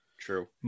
True